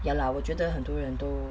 ya lah 我觉得很多人都